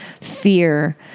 fear